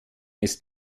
ist